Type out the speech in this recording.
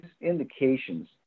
indications